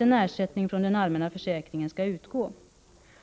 en ersättning från den allmänna försäkringen skall utgå vid vård av anhörig.